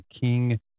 King